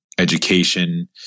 education